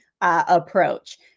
approach